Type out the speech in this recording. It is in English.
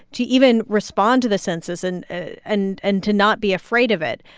to even respond to the census and and and to not be afraid of it.